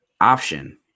option